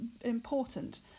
important